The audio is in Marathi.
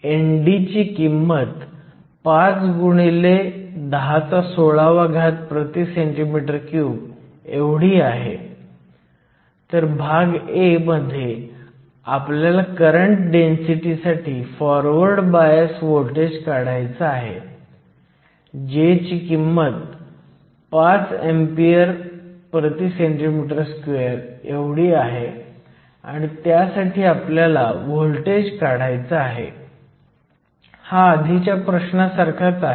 जेव्हा तुमच्याकडे इक्विलिब्रियम अंतर्गत pn जंक्शन असते तेव्हा तुम्ही फक्त रिव्हर्स बायस्ड व्होल्टेज जोडण्यासाठी ते सुधारित केले आणि आपण NA चे योगदान देखील काढून टाकले कारण ND हा NA पेक्षा खूपच लहान आहे